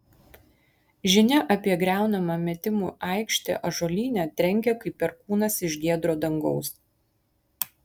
žinia apie griaunamą metimų aikštę ąžuolyne trenkė kaip perkūnas iš giedro dangaus